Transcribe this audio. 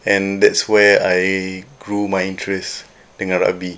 and that's where I grew my interest dengan rugby